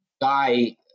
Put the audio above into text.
guy